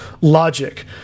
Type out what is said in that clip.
logic